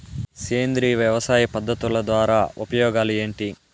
సేంద్రియ వ్యవసాయ పద్ధతుల ద్వారా ఉపయోగాలు ఏంటి?